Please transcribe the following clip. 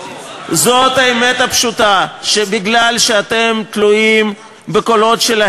פועלים כאן כנגד חברי פרלמנט ישראלי שעושים הכול כדי